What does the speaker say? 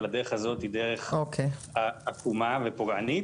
אבל הדרך הזאת היא דרך עקומה ופוגענית,